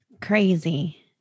Crazy